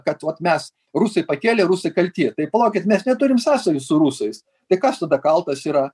kad vat mes rusai pakėlė rusai kalti tai palaukit mes neturim sąsajų su rusais tai kas tada kaltas yra